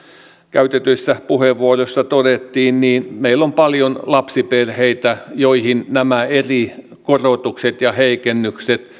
käytetyissä puheenvuoroissa todettiin meillä on paljon lapsiperheitä joihin nämä eri korotukset ja heikennykset